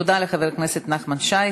תודה לחבר הכנסת נחמן שי.